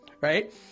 right